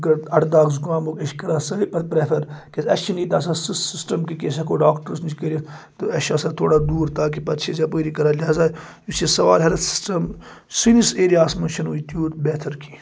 اَڑٕ دگ زُکامُک أسۍ چھِ کَران سٲری پَتہٕ پرٮ۪فَر کیٛازِ اَسہِ چھِنہٕ ییٚتہِ آسان سُہ سِسٹَم کہِ کہِ أسۍ ہٮ۪کو ڈاکٹرَس نِش کٔرِتھ تہٕ اَسہِ چھُ آسان تھوڑا دوٗر تاکہِ پَتہٕ چھِ أسۍ یپٲری کَران لِہذا یُس یہِ سوال ہٮ۪لٕتھ سِسٹَم سٲنِس ایریاہَس منٛز چھِنہٕ وٕنۍ تیوٗت بہتر کیٚنٛہہ